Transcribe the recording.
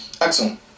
excellent